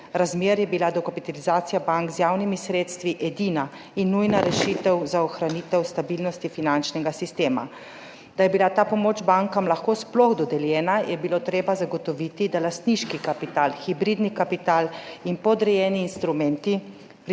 razmer je bila dokapitalizacija bank z javnimi sredstvi edina in nujna rešitev za ohranitev stabilnosti finančnega sistema. Da je bila ta pomoč bankam lahko sploh dodeljena, je bilo treba zagotoviti, da lastniški kapital, hibridni kapital in podrejeni instrumenti prispevajo